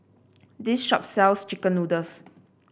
this shop sells chicken noodles